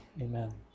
Amen